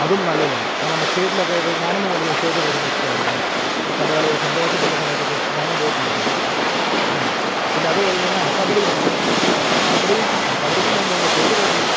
അതും നല്ലപോലെയുണ്ട് കാരണം സ്റ്റേറ്റിലൊക്കെ പോയി ഞാനും ഇത് കളിച്ചിരുന്നു സ്റ്റേറ്റിൽ കളിച്ചിട്ടുള്ളൊരു വ്യക്തിയാണ് ഞാനും പണ്ടുകാലം സെൻ്റ്തോമസില് പഠിക്കുന്ന സമയത്തൊക്കെ ഞാനും പോയിട്ടുണ്ടായിരുന്നു ആ പിന്നെ അതു കഴിഞ്ഞ് ഞാൻ ആ കബഡിയുണ്ട് കബഡിയും ആ കബഡിക്കും ഞാന് പോയിട്ടുണ്ട് സ്റ്റേറ്റിൽ പോയിട്ടില്ല